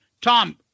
Tom